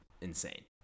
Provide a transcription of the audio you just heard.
insane